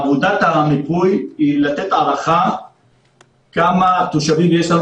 עבודת המיפוי היא לתת הערכה כמה תושבים יש לנו